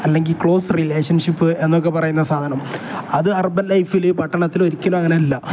അല്ലെങ്കി close relationship എന്നൊക്കെ പറയുന്ന സാധനം അത് അർബൻ ലൈഫിൽ പട്ടണത്തിൽ ഒരിക്കലും അങ്ങനെയല്ല